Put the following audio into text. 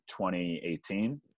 2018